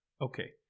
Okay